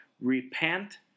Repent